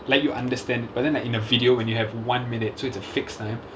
like you understand but then like in a video when you have one minute so it's a fixed time so like